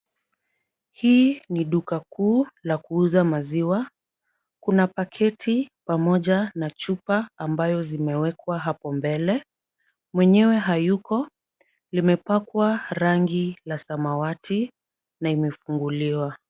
Hii ni duka kuu la kuuza maziwa, kuna pakiti pamoja na chupa ambayo zimewekwa hapo mbele, mwenyewe hayuko. Limepakwa rangi la samawati na imefunguliwa.